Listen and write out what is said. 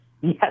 Yes